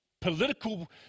political